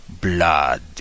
Blood